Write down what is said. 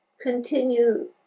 continue